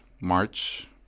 March